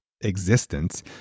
existence